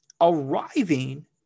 arriving